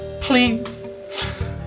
please